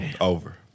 Over